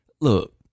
look